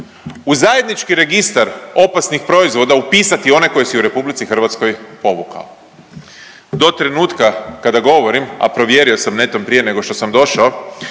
u zajednički registar opasnih proizvoda upisati one koje si u Republici Hrvatskoj povukao. Do trenutka kada govorim, a provjerio sam netom prije nego što sam došao